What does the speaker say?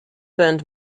burned